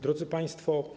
Drodzy Państwo!